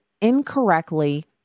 incorrectly